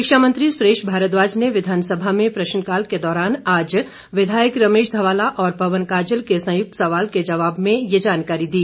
शिक्षा मंत्री सुरेश भारद्वाज ने विधानसभा में प्रश्नकाल के दौरान विधायक रमेश ध्वाला और पवन काजल के संयुक्त सवाल के जवाब में आज ये जानकारी दी